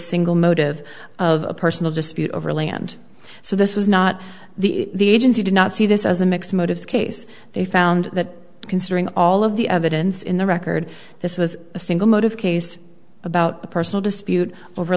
single motive of personal dispute over land so this was not the agency did not see this as a mixed motives case they found that considering all of the evidence in the record this was a single motive case about a personal dispute over